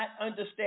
understand